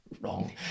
wrong